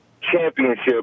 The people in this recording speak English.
championship